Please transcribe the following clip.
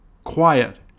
Quiet